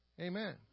Amen